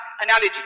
analogy